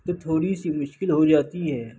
تو تھوڑی سی مشکل ہو جاتی ہے